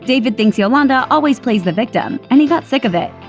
david thinks yolanda always plays the victim and he got sick of it.